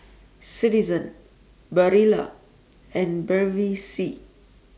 Citizen Barilla and Bevy C